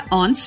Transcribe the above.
on